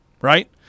right